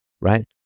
right